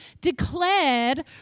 declared